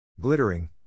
glittering